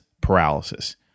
paralysis